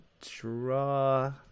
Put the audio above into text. draw